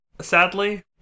Sadly